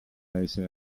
essere